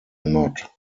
not